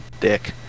dick